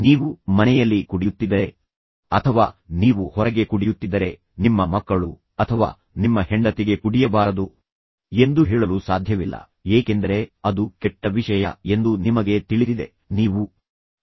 ನೀವು ಮನೆಯಲ್ಲಿ ಕುಡಿಯುತ್ತಿದ್ದರೆ ಅಥವಾ ನೀವು ಹೊರಗೆ ಕುಡಿಯುತ್ತಿದ್ದರೆ ನಿಮ್ಮ ಮಕ್ಕಳು ಅಥವಾ ನಿಮ್ಮ ಹೆಂಡತಿಗೆ ಕುಡಿಯಬಾರದು ಎಂದು ಹೇಳಲು ಸಾಧ್ಯವಿಲ್ಲ ಏಕೆಂದರೆ ಅದು ಕೆಟ್ಟ ವಿಷಯ ಎಂದು ನಿಮಗೆ ತಿಳಿದಿದೆ ಆದರೆ ನೀವು ನಿಮಗಾಗಿ ಮಾಡುತ್ತಿದ್ದೀರಿ